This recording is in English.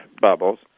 bubbles